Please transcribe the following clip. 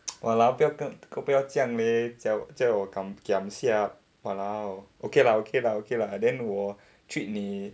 !walao! 不要更不要这样 leh 叫叫我 kiam siap !walao! ok lah ok lah ok lah then 我 treat 妳